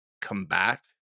combat